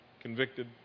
convicted